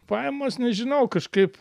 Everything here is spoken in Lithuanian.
pajamos nežinau kažkaip